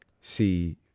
see